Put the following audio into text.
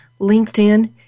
LinkedIn